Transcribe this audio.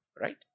right